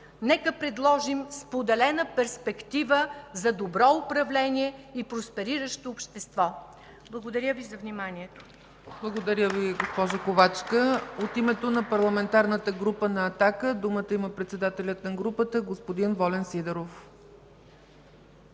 Нека предложим споделена перспектива за добро управление и проспериращо общество. Благодаря Ви за вниманието.